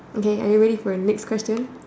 okay are you ready for the next question